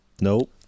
Nope